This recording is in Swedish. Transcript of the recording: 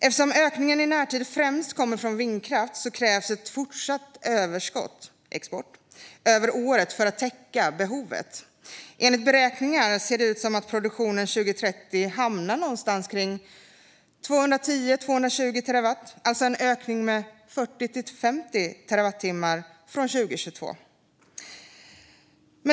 Eftersom ökningen i närtid främst kommer från vindkraft krävs ett fortsatt överskott - export - över året för att täcka behovet. Enligt beräkningar ser det ut som att produktionen 2030 hamnar någonstans omkring 210-220 terawattimmar. Det innebär alltså en ökning med 40-50 terawatttimmar från 2022.